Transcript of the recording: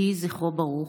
יהי זכרו ברוך.